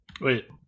Wait